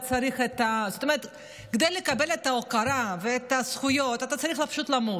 אבל כדי לקבל את ההוקרה ואת הזכויות אתה צריך פשוט למות.